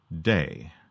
day